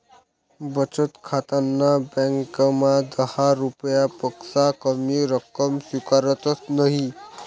बचत खाताना ब्यांकमा दहा रुपयापक्सा कमी रक्कम स्वीकारतंस नयी